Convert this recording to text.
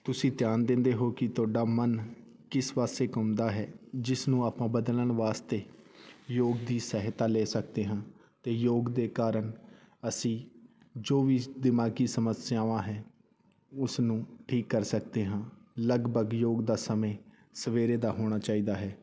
ਤੁਸੀਂ ਧਿਆਨ ਦਿੰਦੇ ਹੋ ਕਿ ਤੁਹਾਡਾ ਮਨ ਕਿਸ ਪਾਸੇ ਘੁੰਮਦਾ ਹੈ ਜਿਸ ਨੂੰ ਆਪਾਂ ਬਦਲਣ ਵਾਸਤੇ ਯੋਗ ਦੀ ਸਹਾਇਤਾ ਲੈ ਸਕਦੇ ਹਾਂ ਅਤੇ ਯੋਗ ਦੇ ਕਾਰਨ ਅਸੀਂ ਜੋ ਵੀ ਦਿਮਾਗੀ ਸਮੱਸਿਆਵਾਂ ਹੈ ਉਸਨੂੰ ਠੀਕ ਕਰ ਸਕਦੇ ਹਾਂ ਲਗਭਗ ਯੋਗ ਦਾ ਸਮੇਂ ਸਵੇਰ ਦਾ ਹੋਣਾ ਚਾਹੀਦਾ ਹੈ